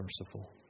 merciful